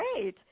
great